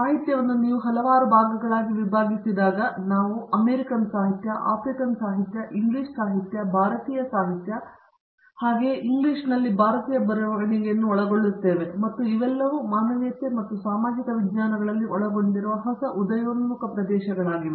ಸಾಹಿತ್ಯವನ್ನು ನೀವು ಹಲವಾರು ಭಾಗಗಳಾಗಿ ವಿಭಾಗಿಸಿದಾಗ ನಾವು ಅಮೇರಿಕನ್ ಸಾಹಿತ್ಯ ಆಫ್ರಿಕನ್ ಸಾಹಿತ್ಯ ಇಂಗ್ಲಿಷ್ ಸಾಹಿತ್ಯ ಭಾರತೀಯ ಸಾಹಿತ್ಯ ಇಂಗ್ಲಿಷ್ನಲ್ಲಿ ಭಾರತೀಯ ಬರವಣಿಗೆಯನ್ನು ಒಳಗೊಳ್ಳುತ್ತೇವೆ ಮತ್ತು ಇವೆಲ್ಲವೂ ಮಾನವೀಯತೆ ಮತ್ತು ಸಾಮಾಜಿಕ ವಿಜ್ಞಾನಗಳಲ್ಲಿ ಒಳಗೊಂಡಿರುವ ಹೊಸ ಉದಯೋನ್ಮುಖ ಪ್ರದೇಶಗಳಾಗಿವೆ